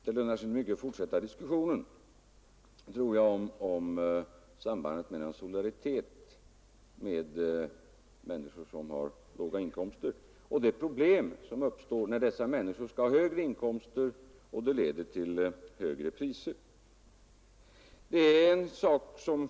Det lönar sig inte mycket att fortsätta diskussionen, tror jag, om sambandet mellan solidaritet med människor som har låga inkomster och det problem som uppstår när dessa människor skall ha högre inkomst och det leder till högre priser.